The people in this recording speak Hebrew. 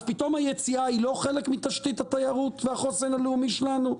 אז פתאום היציאה היא לא חלק מתשתית התיירות והחוסן הלאומי שלנו?